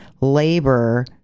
Labor